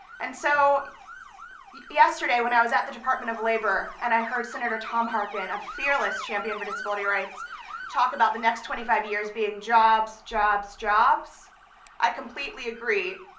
and so yesterday when i was at the department of labor and i heard senator tom harkin, a fearless champion for disability rights talk about the next twenty five years being jobs, jobs, jobs i completely agree.